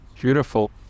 Beautiful